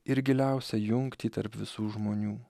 ir giliausią jungtį tarp visų žmonių